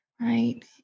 right